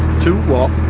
two what?